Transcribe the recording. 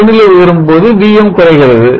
வெப்பநிலை உயரும்போது Voc குறைகிறது